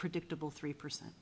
predictable three percent